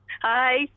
Hi